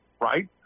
right